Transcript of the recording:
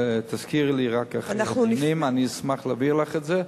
תזכירי לי רק, אשמח להעביר לך את זה.